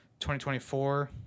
2024